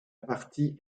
partie